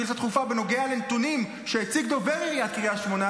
שאילתה דחופה בנוגע לנתונים שהציג דובר עיריית קריית שמונה,